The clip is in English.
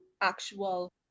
actual